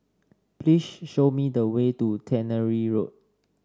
show me the way to Tannery Road